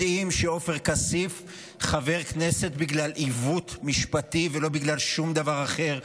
יודעים שעופר כסיף חבר כנסת בגלל עיוות משפטי ולא בגלל שום דבר אחר.